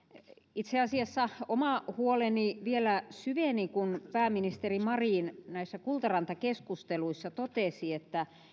itse asiassa oma huoleni vielä syveni kun pääministeri marin näissä kultaranta keskusteluissa totesi että